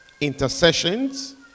intercessions